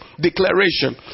declaration